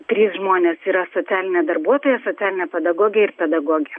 trys žmonės yra socialinė darbuotoja socialinė pedagogė ir pedagogė